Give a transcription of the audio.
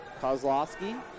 Kozlowski